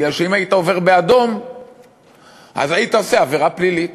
בגלל שאם היית עובר באדום אז היית עושה עבירה פלילית.